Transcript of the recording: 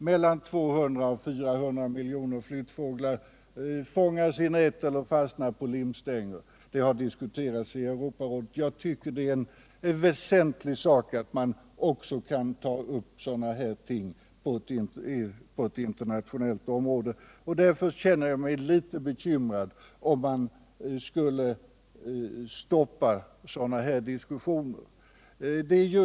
Mellan 200 och 400 miljoner flyttfåglar årligen fångas i nät eller fastnar på limstänger. Detta har diskuterats i Europarådet, och jag tycker att det är väsentligt att man kan ta upp också en sådan fråga på ett internationellt plan. Därför känner jag mig litet bekymrad inför tanken att man skulle stoppa sådana diskussioner i Europarådet.